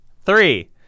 Three